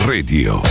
Radio